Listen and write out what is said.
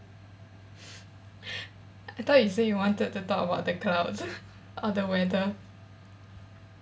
I thought you say you wanted to talk about the clouds or the weather